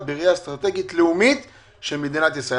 בראייה אסטרטגית לאומית של מדינת ישראל.